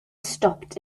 stopped